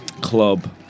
club